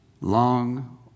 long